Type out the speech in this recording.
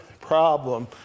problem